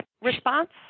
response